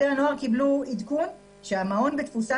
שופטי הנוער קיבלו עדכון שהמעון בתפוסה